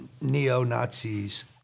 neo-Nazis